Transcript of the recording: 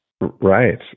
Right